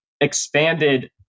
expanded